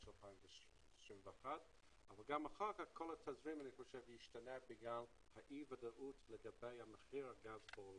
ואחר כך כל התזרים ישתנה בגלל אי הוודאות לגבי מחיר הגז בעולם.